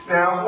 Now